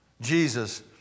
Jesus